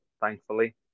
thankfully